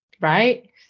right